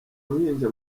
uruhinja